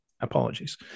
Apologies